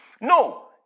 No